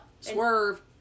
Swerve